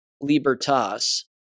Libertas